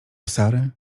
sary